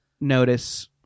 notice